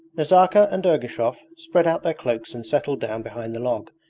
nazarka and ergushov spread out their cloaks and settled down behind the log,